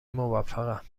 موفقن